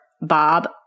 Bob